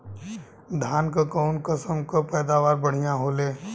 धान क कऊन कसमक पैदावार बढ़िया होले?